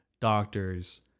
doctors